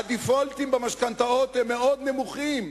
ה"דיפולטים" במשכנתאות הם מאוד נמוכים,